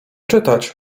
czytać